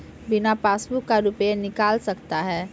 बिना पासबुक का रुपये निकल सकता हैं?